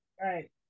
right